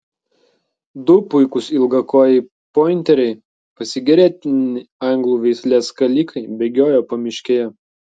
du puikūs ilgakojai pointeriai pasigėrėtini anglų veislės skalikai bėgiojo pamiškėje